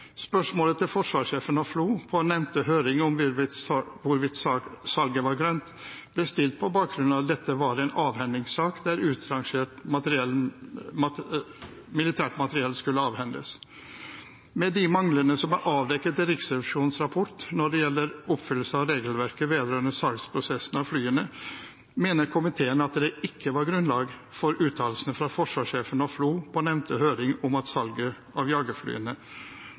Spørsmålet til forsvarssjefen og sjef FLO på nevnte høring om hvorvidt salget var «grønt», ble stilt på bakgrunn av at dette var en avhendingssak der utrangert militært materiell skulle avhendes. Med de manglene som er avdekket i Riksrevisjonens rapport når det gjelder oppfyllelse av regelverket vedrørende salgsprosessen av flyene, mener komiteen at det ikke var grunnlag for uttalelsene fra forsvarssjefen og sjef FLO på nevnte høring om at salget av jagerflyene